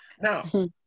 Now